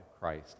Christ